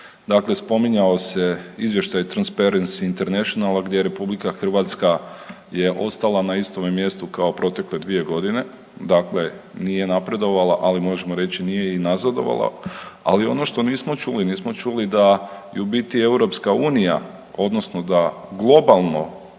dakle spominjao se izvještaj Transparency International gdje RH je ostala na istome mjestu kao protekle dvije godine, dakle nije napredovala, ali možemo reći nije i nazadovala. Ali ono što nismo čuli, nismo čuli da je u biti EU odnosno da globalno